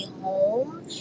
home